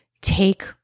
take